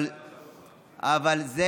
אבל זה